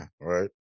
Right